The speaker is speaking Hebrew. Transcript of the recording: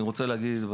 אני רוצה להגיד,